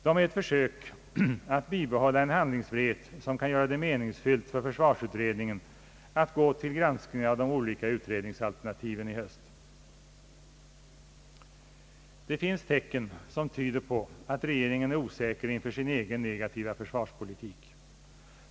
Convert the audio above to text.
De är ett försök att bibehålla en handlingsfrihet, som kan göra det meningsfyllt för försvarsutredningen att gå till granskning av de olika utredningsalternativen i höst. Det finns tecken som tyder på att regeringen är osäker inför sin egen negativa försvarspolitik.